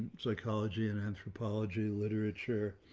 psychology and anthropology literature.